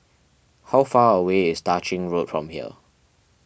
how far away is Tah Ching Road from here